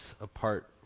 apart